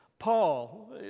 Paul